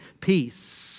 peace